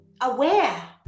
aware